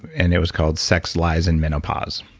and it was called sex lies and menopause.